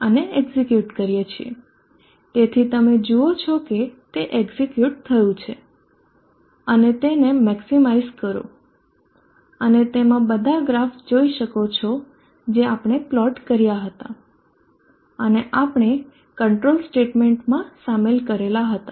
અને એક્ઝેક્યુટ કરીએ છીએ તેથી તમે જુઓ છો કે તે એક્ઝેક્યુટ થયુ અને તેને મેક્ષીમાઇઝ કરો અને તમે બધા ગ્રાફ્સ જોઈ શકો છો જે આપણે પ્લોટ કર્યા હતા અને આપણે કંટ્રોલ સ્ટેટમેન્ટમાં સામેલ કરેલા હતા